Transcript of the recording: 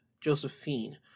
Josephine